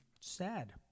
Sad